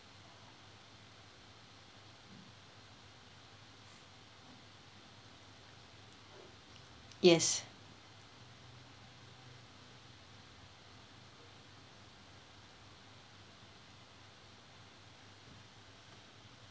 yes